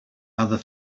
other